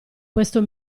questo